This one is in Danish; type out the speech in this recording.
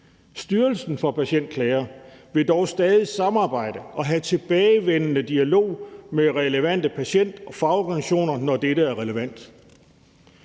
Styrelsen for Patientklager vil dog stadig samarbejde og have tilbagevendende dialog med relevante patient- og fagorganisationer, når dette er relevant.